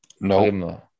No